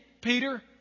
Peter